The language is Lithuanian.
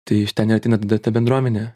tai iš ten ir ateina tada ta bendruomenė